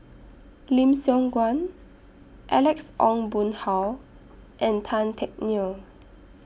Lim Siong Guan Alex Ong Boon Hau and Tan Teck Neo